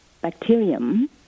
bacterium